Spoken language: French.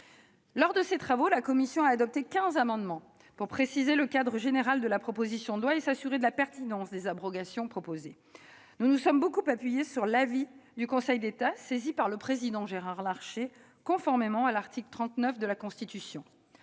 Lors de ses travaux, la commission a adopté 15 amendements pour préciser le cadre général de la proposition de loi et s'assurer de la pertinence des abrogations suggérées. Nous nous sommes beaucoup appuyés sur l'avis du Conseil d'État, saisi par le président Gérard Larcher conformément à l'article 39 de la Constitution.